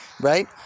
right